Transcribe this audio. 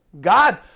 God